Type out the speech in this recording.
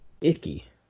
Icky